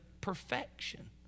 perfection